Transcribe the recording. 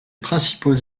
principaux